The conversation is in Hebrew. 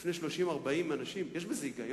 בפני 30 40 אנשים, יש בזה היגיון?